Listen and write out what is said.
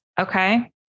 Okay